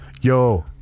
yo